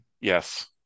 yes